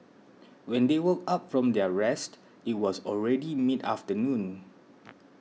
when they woke up from their rest it was already mid afternoon